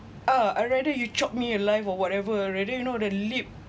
uh I rather you chop me alive or whatever rather than you know the leap